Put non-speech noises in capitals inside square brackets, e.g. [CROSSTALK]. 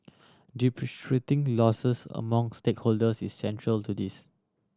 [UNINTELLIGIBLE] losses among stakeholders is central to this